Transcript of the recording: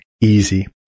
easy